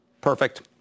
Perfect